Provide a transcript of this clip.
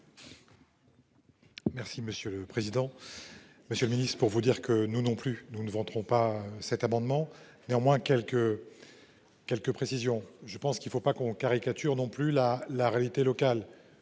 Merci monsieur le président. Monsieur le Ministre, pour vous dire que nous non plus nous ne vendrons pas cet amendement néanmoins quelques. Quelques précisions. Je pense qu'il ne faut pas qu'on caricature non plus la la réalité locale.